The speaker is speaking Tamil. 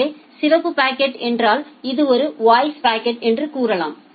எனவே சிவப்பு பாக்கெட் என்றால் இது ஒரு வாய்ஸ் பாக்கெட் என்று கூறலாம்